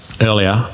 earlier